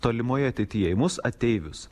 tolimoj ateityje į mus ateivius